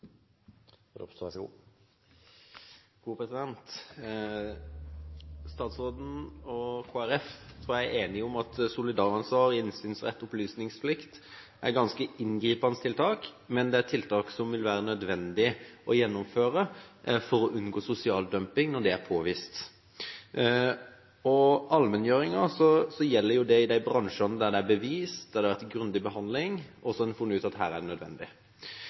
opplysningsplikt er ganske inngripende tiltak, men det er tiltak som det vil være nødvendig å gjennomføre for å unngå sosial dumping når det er påvist. Allmenngjøringen gjelder i de bransjene der det er bevist, og der det har vært til grundig behandling og en så har funnet ut at det er nødvendig.